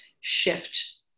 shift